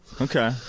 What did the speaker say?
okay